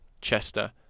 Chester